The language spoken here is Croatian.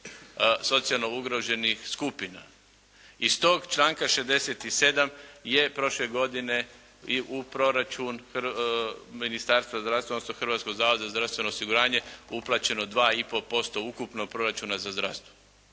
socijalno ugroženih skupina. Iz tog članka 67 je prošle godine i u proračun Ministarstva zdravstva, odnosno Hrvatskog zavoda za zdravstveno osiguranje uplaćeno 2,5% ukupnog proračuna za zdravstvo.